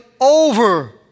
over